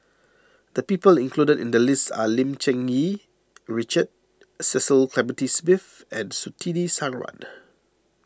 the people included in the list are Lim Cherng Yih Richard Cecil Clementi Smith and Surtini Sarwan